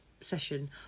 session